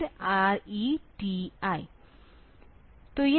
फिर RETI